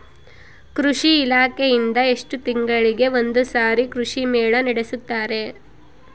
ಕೃಷಿ ಇಲಾಖೆಯಿಂದ ಎಷ್ಟು ತಿಂಗಳಿಗೆ ಒಂದುಸಾರಿ ಕೃಷಿ ಮೇಳ ನಡೆಸುತ್ತಾರೆ?